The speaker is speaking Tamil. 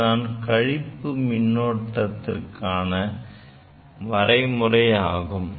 இதுதான் கழிப்பு மின்னோட்டத்திற்கான வரையறை ஆகும்